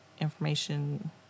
information